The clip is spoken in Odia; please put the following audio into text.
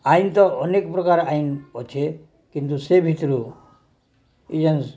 ଆଇନ ତ ଅନେକ ପ୍ରକାର ଆଇନ ଅଛେ କିନ୍ତୁ ସେ ଭିତରୁ ଯେନ୍